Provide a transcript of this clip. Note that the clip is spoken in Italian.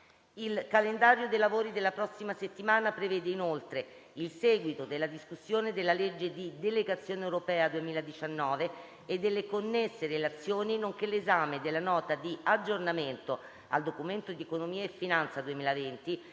Il calendario dei lavori della prossima settimana prevede inoltre il seguito della discussione della legge di delegazione europea 2019 e delle connesse relazioni, nonché l'esame della Nota di aggiornamento al Documento di economia e finanza 2020